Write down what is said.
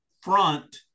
front